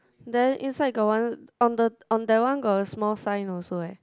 then inside got one on the on that one got a small sign also eh